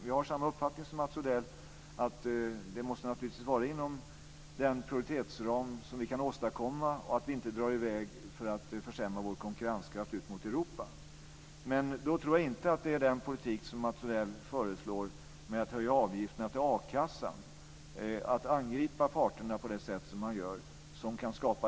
Jag har samma uppfattning som Mats Odell när det gäller att det här naturligtvis måste vara inom den produktivitetsram som vi kan åstadkomma och att vi inte ska dra i väg, så att vi försämrar vår konkurrenskraft gentemot Europa. Men jag tror inte att man kan skapa det samarbetsklimatet med den politik som Mats Odell föreslår som innebär att man ska höja avgifterna till a-kassan eller genom att angripa parterna på det sätt som man gör.